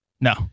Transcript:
No